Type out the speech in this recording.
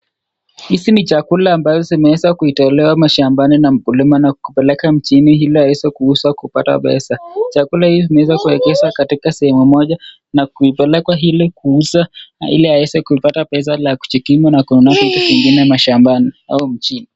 Hizi ni chakula ambazo zimeweza kuitolewa mashambani na mkulima na kupeleka mjini hili aweze kuuza kupata pesa, chakula hii imeweza kuekezwa katika sehemu moja na kuoelekwa hili kuuzwa hili aweze kupata cha kujikimu na kununua vitu zingine mashambani au mjini.